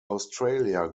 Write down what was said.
australia